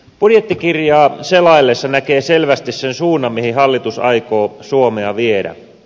budjettikirjaa selaillessa näkee selvästi sen suunnan mihin hallitus aikoo suomea viedä